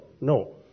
No